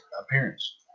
appearance